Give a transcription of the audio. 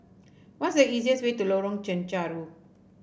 what's the easiest way to Lorong Chencharu